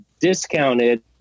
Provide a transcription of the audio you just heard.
discounted